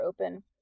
open